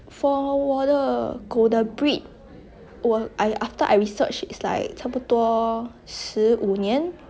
for 我的狗的 breed 我 after I research is like 差不多十五年